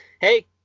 hey